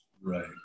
Right